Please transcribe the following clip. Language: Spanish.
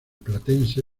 platense